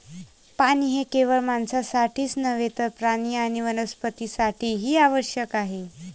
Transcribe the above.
पाणी हे केवळ माणसांसाठीच नव्हे तर प्राणी आणि वनस्पतीं साठीही आवश्यक आहे